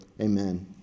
amen